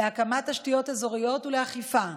להקמת תשתיות אזוריות ולאכיפה.